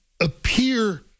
appear